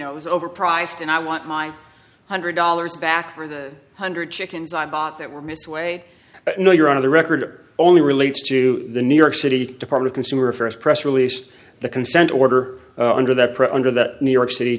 know it was overpriced and i want my hundred dollars back for the hundred chickens i bought that were missed way you know you're out of the record only relates to the new york city department consumer affairs press release the consent order under that pressure under the new york city